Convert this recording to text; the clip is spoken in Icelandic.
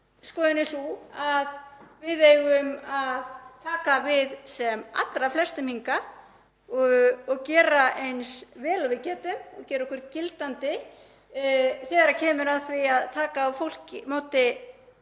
skoðun er sú að við eigum að taka við sem allra flestum hingað, gera eins vel og við getum og gera okkur gildandi þegar kemur að því að taka á móti